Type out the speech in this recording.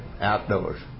Outdoors